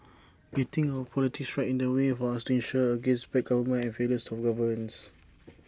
getting our politics right in the way for us to insure against bad government and failures of governance